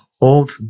old